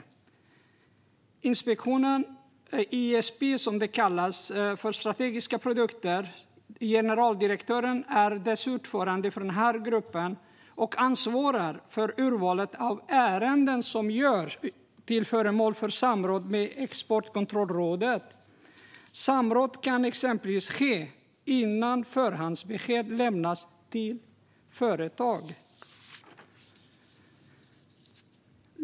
Generaldirektören för Inspektionen för strategiska produkter, ISP, är ordförande för gruppen, och ISP ansvarar för urvalet av ärenden som görs till föremål för samråd med Exportkontrollrådet. Samråd kan exempelvis ske innan förhandsbesked lämnas till ett företag.